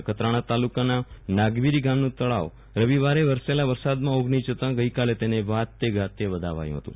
નખત્રાણા તાલુકાના નાગવીરી ગામનું તળાવ રવિવારે વરસેલા વરસાદમાં ઓગની જતા ગઈકાલે તેને વાજતે ગાજતે વધાવાયુ હતું